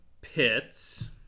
pits